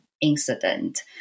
incident